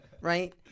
right